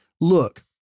look